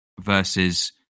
versus